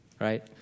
right